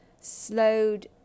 slowed